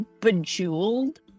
bejeweled